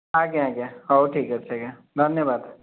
ଆଜ୍ଞା ଆଜ୍ଞା ହଉ ଠିକ୍ ଅଛି ଆଜ୍ଞା ଧନ୍ୟବାଦ